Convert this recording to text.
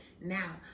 Now